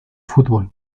fútbol